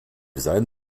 sein